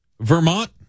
Vermont